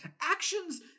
Actions